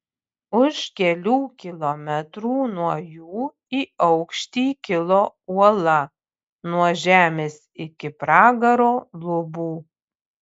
už kelių kilometrų nuo jų į aukštį kilo uola nuo žemės iki pragaro lubų